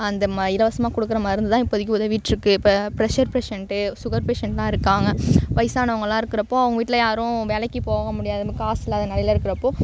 அந்த ம இலவசமாக கொடுக்குற மருந்து தான் இப்போதைக்கு உதவிட்டு இருக்குது இப்போ ப்ரெஷர் பேஷண்ட்டு சுகர் பேஷண்ட்லாம் இருக்காங்க வயதானவங்கள்லாம் இருக்கிறப்போ அவங்க வீட்டில் யாரும் வேலைக்கு போக முடியாமல் காசு இல்லாத நெலையில் இருக்கிறப்போ